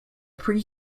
pre